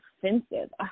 offensive